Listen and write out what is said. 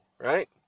right